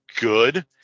good